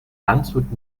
landshut